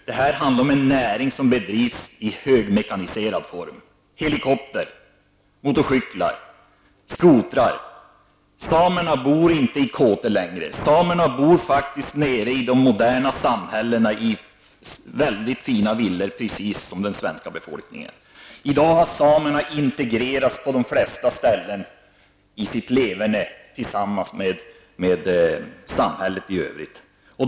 Det här handlar om en näring som bedrivs i högmekaniserad form: med hjälp av helikopter, motorcyklar och skotrar. Samerna bor inte längre i kåtor -- samerna bor faktiskt i väldigt fina villor nere i de moderna samhällena, precis som den svenska befolkningen. I dag har samerna på de flesta ställen integrerats i samhället i övrigt i sitt levene.